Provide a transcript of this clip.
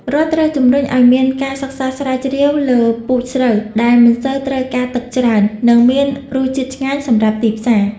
រដ្ឋត្រូវជំរុញឱ្យមានការសិក្សាស្រាវជ្រាវលើពូជស្រូវដែលមិនសូវត្រូវការទឹកច្រើន និងមានរសជាតិឆ្ងាញ់សម្រាប់ទីផ្សារ។